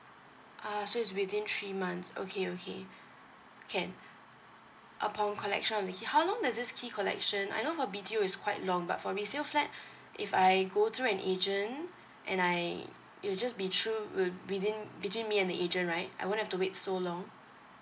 ah so is within three months okay okay can upon collection of the key how long does this key collection I know a B_T_O is quite long but for resale flat if I go through an agent and I it'll just be through wi~ within between me and the agent right I wouldn't have to wait so long